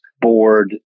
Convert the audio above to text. board